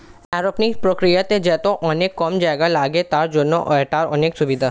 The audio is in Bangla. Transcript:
এরওপনিক্স প্রক্রিয়াতে যেহেতু অনেক কম জায়গা লাগে, তার জন্য এটার অনেক সুভিধা